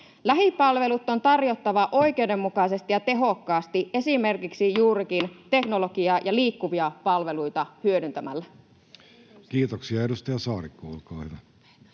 Lähipalvelut on tarjottava oikeudenmukaisesti ja tehokkaasti esimerkiksi juurikin teknologiaa ja liikkuvia palveluita hyödyntämällä. Kiitoksia. — Edustaja Saarikko, olkaa